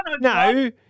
No